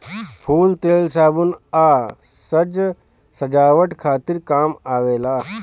फूल तेल, साबुन आ साज सजावट खातिर काम आवेला